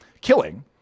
killing